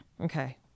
Okay